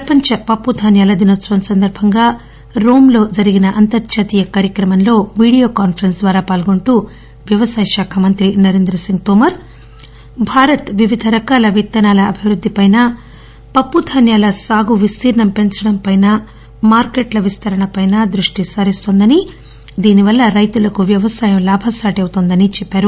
ప్రపంచ పప్పుధాన్యాల దినోత్సవం సందర్భంగా రోమ్ లో జరిగిన అంతర్జాతీయ కార్యక్రమంలో వీడియో కాన్నరెన్స్ ద్యారా పాల్గొంటూ వ్యవసాయ శాఖ మంత్రి నరేంద్ర తోమర్ భారత్ వివిధ రకాల విత్తనాల అభివృద్దిపైనా పప్పుధాన్యాల సాగు విస్తీర్ణం పెంచడంపైనా మార్కెట్ల విస్తరణ పైన దృష్టి సారిస్తుందని దీనివల్ల రైతులకు వ్యవసాయం లాభసాటి అవుతుందని చెప్పారు